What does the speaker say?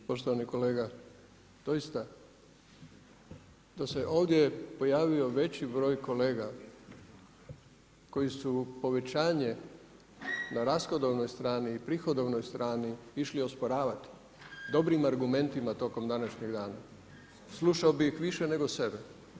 Poštovani kolega doista da se ovdje pojavio veći broj kolega koji su povećanje na rashodovnoj strani i prihodovnoj strani išli osporavati dobrim argumentima tokom današnjeg dana slušao bi ih više nego sebe.